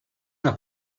una